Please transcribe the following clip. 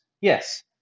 yes